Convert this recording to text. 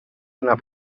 donar